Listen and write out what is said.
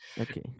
Okay